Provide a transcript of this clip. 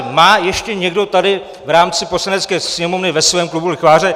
Má ještě někdo tady v rámci Poslanecké sněmovny ve svém klubu lichváře?